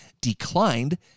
declined